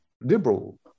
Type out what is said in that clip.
liberal